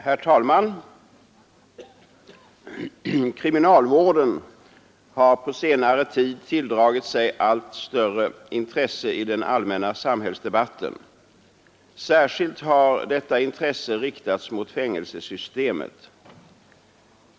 Herr talman! Kriminalvården har på senare tid tilldragit sig allt större intresse i den allmänna samhällsdebatten. Särskilt har detta intresse riktats mot fängelsesystemet.